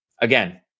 again